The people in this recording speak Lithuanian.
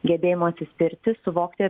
gebėjimo atsispirti suvokti